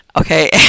Okay